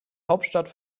hauptstadt